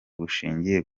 bushingiye